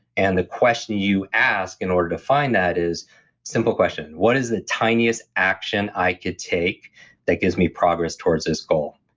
and the question you ask in order to find that is simple question, what is the tiniest action i could take that gives me progress towards this goal?